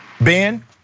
Ben